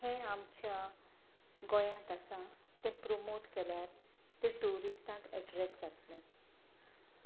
हें आमच्या गोंयांत आसा तें प्रोमोट केल्यार ते ट्युरिस्टांक एट्रेक्ट जातलें